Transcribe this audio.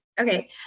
Okay